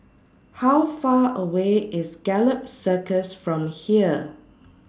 How Far away IS Gallop Circus from here